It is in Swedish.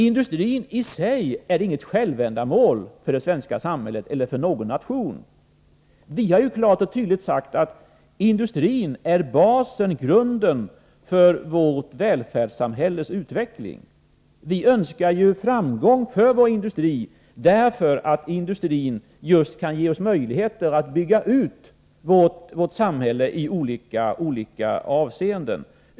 Industrin är i sig inget självändamål för det svenska samhället eller för någon annan nation. Vi har klart och tydligt sagt att industrin är grunden för vårt välfärdssamhälles utveckling. Vi önskar framgång för vår industri just därför att industrin kan ge oss möjligheter att bygga ut vårt samhälle i olika avseenden.